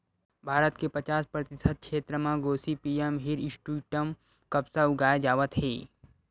भारत के पचास परतिसत छेत्र म गोसिपीयम हिरस्यूटॅम कपसा उगाए जावत हे